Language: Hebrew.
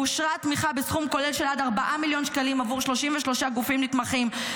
ואושרה תמיכה בסכום כולל של עד 4 מיליון שקלים ל-33 גופים נתמכים.